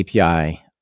API